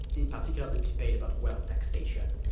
in particular, the debate about wealth taxation.